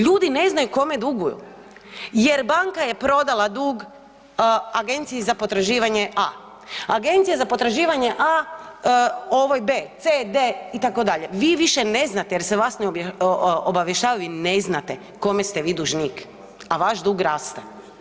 Ljudi ne znaju kome duguju jer banka je prodala dug agenciji za potraživanje A, agencija za potraživanje A ovoj B, C, D itd. vi više ne znate jer se vas ne obavještava, vi ne znate kome ste vi dužnik, a vaš dug raste.